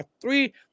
three